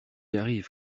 arrive